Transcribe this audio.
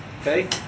okay